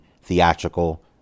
theatrical